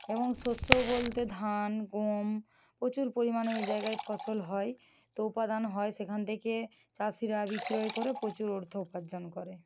এবং শস্য বলতে ধান গম প্রচুর পরিমাণে এই জায়গায় ফসল হয় তো উপাদান হয় সেখান থেকে চাষিরা বিক্রয় করে প্রচুর অর্থ উপার্জন করে